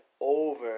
over